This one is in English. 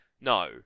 No